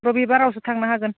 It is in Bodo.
रबिबारावसो थांनो हागोन